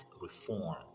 reform